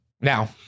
Now